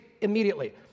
immediately